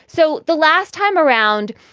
so the last time around,